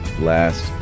last